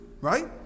right